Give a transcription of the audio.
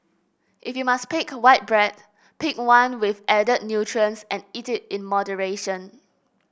if you must pick white bread pick one with added nutrients and eat it in moderation